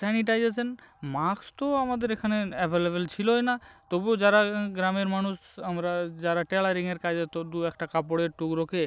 sanitisation mask তো আমাদের এখানে অ্যাভেলেবেল ছিলোই না তবুও যারা গ্রামের মানুষ আমরা যারা ট্যালারিংয়ের কাজ হতো দু একটা কাপড়ের টুকরোকে